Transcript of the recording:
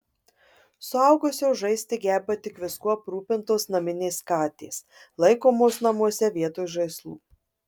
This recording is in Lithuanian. suaugusios žaisti geba tik viskuo aprūpintos naminės katės laikomos namuose vietoj žaislų